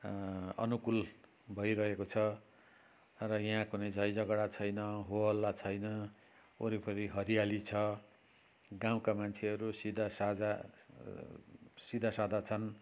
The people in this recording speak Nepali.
अनुकूल भइरहेको छ र यहाँ कुनै झैँ झगडा छैन होहल्ला छैन वरिपरि हरियाली छ गाउँका मान्छेहरू सिदासादा सिदासादा छन्